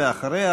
ואחריה,